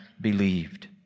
believed